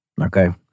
Okay